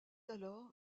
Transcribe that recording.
alors